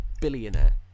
billionaire